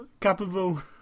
capable